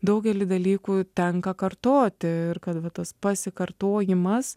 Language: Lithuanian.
daugelį dalykų tenka kartoti ir kad va tas pasikartojimas